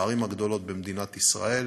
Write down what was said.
בערים הגדולות במדינת ישראל